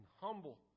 humble